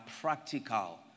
practical